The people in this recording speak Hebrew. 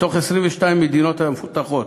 מתוך 22 המדינות המפותחות.